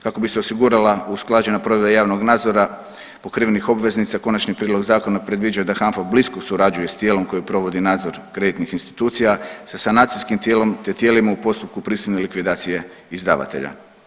Kako bi se osigurala usklađena provedba javnog nadzora pokrivenih obveznica konačni prijedlog zakona predviđa da HANFA blisko surađuje sa tijelom koje provodi nadzor kreditnih institucija, sa sanacijskim tijelom, te tijelima u postupku prisilne likvidacije izdavatelja.